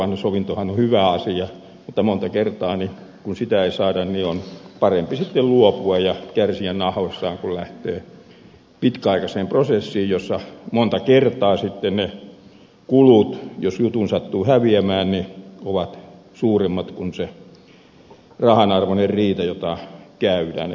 no sovintohan on hyvä asia mutta monta kertaa kun sitä ei saada on parempi sitten luopua ja kärsiä nahoissaan kuin lähteä pitkäaikaiseen prosessiin jossa sitten monta kertaa ne kulut jos jutun sattuu häviämään ovat suuremmat kuin se rahanarvoinen riita jota käydään